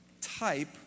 type